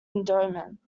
endowment